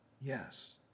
Yes